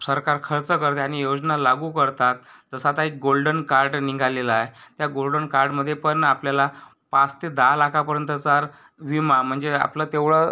सरकार खर्च करते आणि योजना लागू करतात तसं आता एक गोल्डन कार्ड निघालेलं आहे त्या गोल्डन कार्डमध्ये पण आपल्याला पाच ते दहा लाखापर्यंतचा विमा म्हणजे आपलं तेवढं